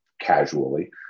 casually